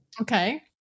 Okay